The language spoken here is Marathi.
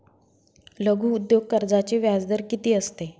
लघु उद्योग कर्जाचे व्याजदर किती असते?